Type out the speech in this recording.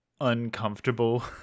uncomfortable